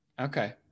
Okay